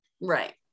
Right